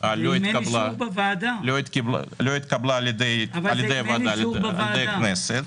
לא התקבלה על-ידי הכנסת.